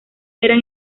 eran